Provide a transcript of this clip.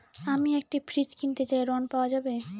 আমি একটি ফ্রিজ কিনতে চাই ঝণ পাওয়া যাবে?